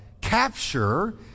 capture